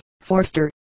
Forster